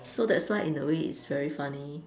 so that's why in a way it's very funny